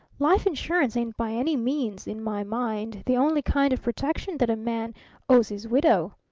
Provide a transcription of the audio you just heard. life insurance ain't by any means, in my mind, the only kind of protection that a man owes his widow.